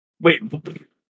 Wait